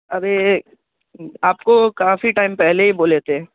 ارے آپ کو کافی ٹائم پہلے ہی بولے تھے